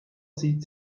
sieht